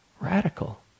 Radical